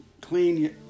clean